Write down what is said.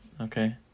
okay